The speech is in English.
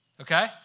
okay